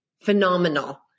phenomenal